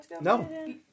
No